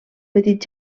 petit